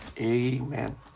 Amen